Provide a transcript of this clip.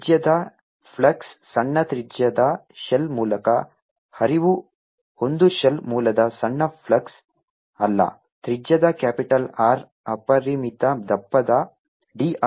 ತ್ರಿಜ್ಯದ ಫ್ಲಕ್ಸ್ನ ಸಣ್ಣ ತ್ರಿಜ್ಯದ ಶೆಲ್ ಮೂಲಕ ಹರಿವು ಒಂದು ಶೆಲ್ ಮೂಲಕ ಸಣ್ಣ ಫ್ಲಕ್ಸ್ ಅಲ್ಲ ತ್ರಿಜ್ಯದ ಕ್ಯಾಪಿಟಲ್ R ಅಪರಿಮಿತ ದಪ್ಪದ d r